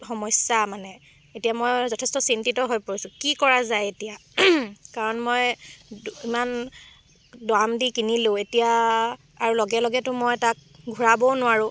সমস্যা মানে এতিয়া মই যথেষ্ট চিন্তিত হৈ পৰিছোঁ কি কৰা যায় এতিয়া কাৰণ মই ইমান দাম দি কিনিলোঁ এতিয়া আৰু লগে লগেতো মই তাক ঘূৰাবও নোৱাৰোঁ